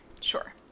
Sure